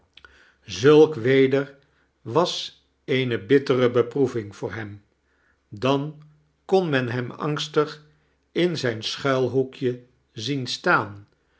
zulk weder was eene bittere beproeving voor hem dan kon men hem angstig in zijn schuilhoekje zien staan